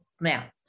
now